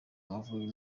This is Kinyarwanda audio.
amavubi